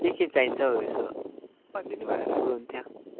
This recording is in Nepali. के के चाहिन्छ हौ यसो भनिदिनु भए राम्रो हुन्थ्यो